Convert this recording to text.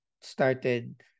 started